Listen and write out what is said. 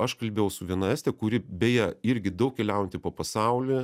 aš kalbėjau su viena este kuri beje irgi daug keliaujanti po pasaulį